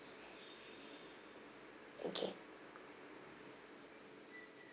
okay